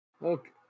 look